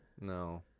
No